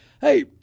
Hey